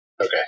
Okay